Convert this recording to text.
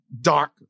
dark